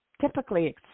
typically